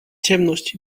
ciemność